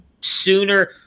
sooner